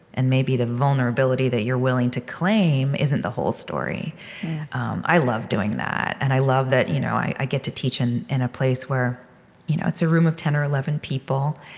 and maybe the vulnerability that you're willing to claim isn't the whole story um i love doing that, and i love that you know i get to teach in in a place where you know it's a room of ten or eleven people,